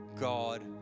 God